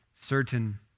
certain